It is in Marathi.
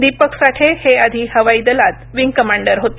दीपक साठे हे आधी हवाई दलात विंग कमांडर होते